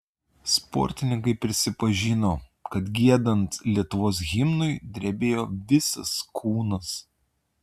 sportininkai prisipažino kad giedant lietuvos himnui drebėjo visas kūnas